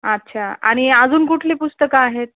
अच्छा आणि अजून कुठली पुस्तकं आहेत